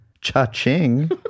Cha-ching